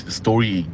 story